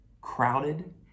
crowded